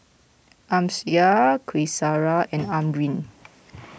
Amsyar Qaisara and Amrin